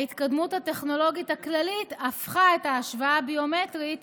ההתקדמות הטכנולוגית הכללית הפכה את ההשוואה הביומטרית